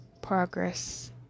progress